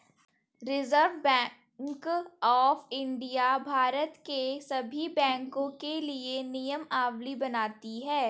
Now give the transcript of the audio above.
reserve bank of India Bharat के सभी बैंकों के लिए नियमावली बनाती है